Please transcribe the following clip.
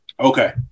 Okay